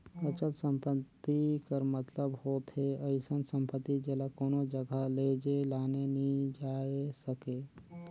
अचल संपत्ति कर मतलब होथे अइसन सम्पति जेला कोनो जगहा लेइजे लाने नी जाए सके